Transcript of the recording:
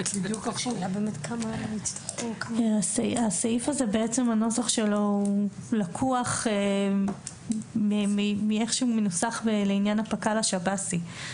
נוסח הסעיף הזה לקוח איך שהוא מנוסח לעניין הפק"ל השב"סי.